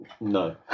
No